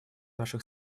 наших